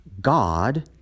God